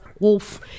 wolf